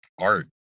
art